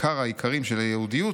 ועיקר-העיקרים של ה'יהודיות'